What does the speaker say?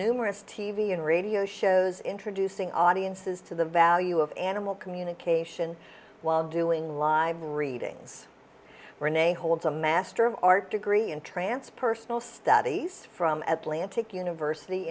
numerous t v and radio shows introducing audiences to the value of animal communication while doing live readings renee holds a master of arts degree in transpersonal studies from atlantica university